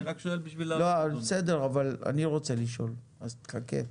אבל אני רוצה לשאול, אז תחכה.